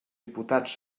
diputats